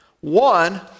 One